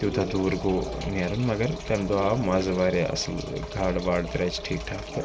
تیوٗتاہ دوٗر گوٚو نیران مگر تَمہِ دۄہ آو مَزٕ واریاہ اَصٕل گاڈٕ واڈ درٛاے اَسہِ ٹھیٖک ٹھاک تہٕ